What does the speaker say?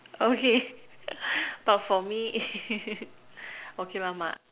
okay but for me okay lah my